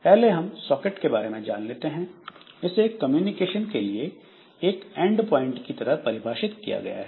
पहले हम सॉकेट के बारे में जान लेते हैं इसे कम्युनिकेशन के लिए एक एंडप्वाइंट की तरह परिभाषित किया गया है